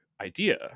idea